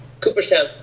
Cooperstown